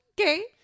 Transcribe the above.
Okay